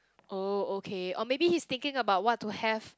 oh okay or maybe he's thinking about what to have